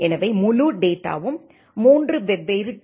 எனவே முழு டேட்டாவும் மூன்று வெவ்வேறு டி